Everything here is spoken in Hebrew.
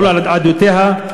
בכל עדותיה,